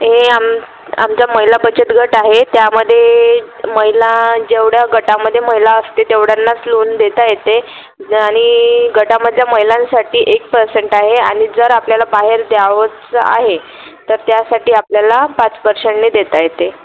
हे आम आमचा महिला बचतगट आहे त्यामध्ये महिला जेवढ्या गटामध्ये महिला असते तेवढ्यांनाच लोन देता येते आणि गटामधल्या महिलांसाठी एक पर्सेंट आहे आणि जर आपल्याला बाहेर द्यावंच आहे तर त्यासाठी आपल्याला पाच पर्शेंटने देता येते